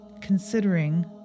considering